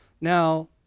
Now